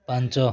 ପାଞ୍ଚ